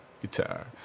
guitar